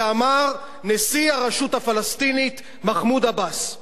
זה אמר נשיא הרשות הפלסטינית מחמוד עבאס.